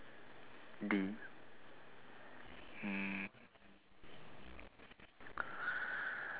D mm